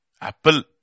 Apple